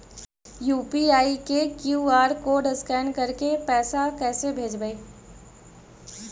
UPI के QR code scan करके पैसा कैसे भेजबइ?